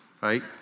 right